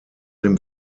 dem